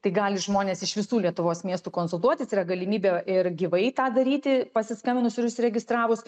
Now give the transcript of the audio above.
tai gali žmonės iš visų lietuvos miestų konsultuotis yra galimybė ir gyvai tą daryti pasiskambinus ir užsiregistravus